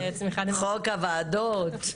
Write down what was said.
חוק הוועדות,